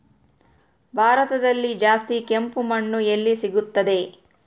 ಭಾರತದಲ್ಲಿ ಜಾಸ್ತಿ ಕೆಂಪು ಮಣ್ಣು ಎಲ್ಲಿ ಸಿಗುತ್ತದೆ?